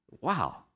Wow